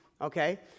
Okay